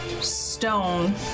Stone